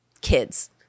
kids